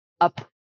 up